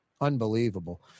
Unbelievable